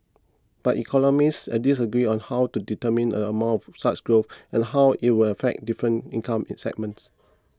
but economists are disagree on how to determine a amount of such growth and how it would affect different income in segments